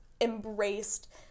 embraced